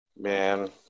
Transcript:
Man